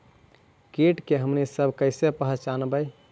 किट के हमनी सब कईसे पहचनबई?